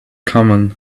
common